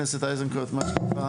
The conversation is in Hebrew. העיר היחידה במדינת ישראל שיכולה לארח